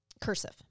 cursive